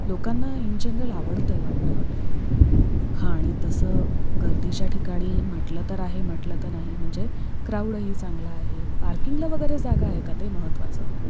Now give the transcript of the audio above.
लोकांना in general आवडतं आहे वाटतं हॉटेल हा आणि तसं गर्दीच्या ठिकाणी म्हटलं तर आहे म्हटलं तर नाही म्हणजे क्राउडही चांगला आहे पार्किंगला वगैरे जागा आहे का ते महत्त्वाचं